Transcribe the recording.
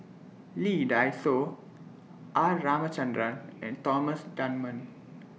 Lee Dai Soh R Ramachandran and Thomas Dunman